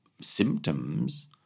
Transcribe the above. symptoms